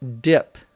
dip